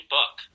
Book